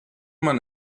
man